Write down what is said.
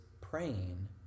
praying